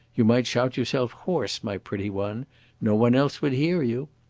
you might shout yourself hoarse, my pretty one no one else would hear you.